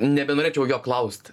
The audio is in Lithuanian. nebenorėčiau jo klaust